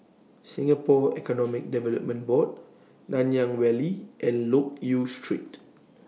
Singapore Economic Development Board Nanyang Valley and Loke Yew Street